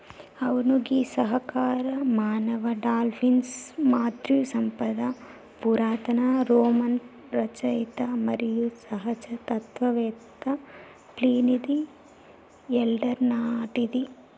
అవును గీ సహకార మానవ డాల్ఫిన్ మత్స్య సంపద పురాతన రోమన్ రచయిత మరియు సహజ తత్వవేత్త ప్లీనీది ఎల్డర్ నాటిది